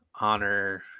honor